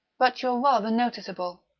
but you're rather noticeable.